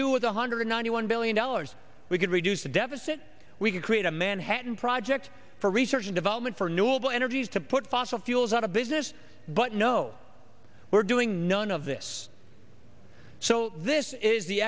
do with one hundred ninety one billion dollars we could reduce the deficit we can create a manhattan project for research and development for new of the energies to put fossil fuels out of business but no we're doing none of this so this is the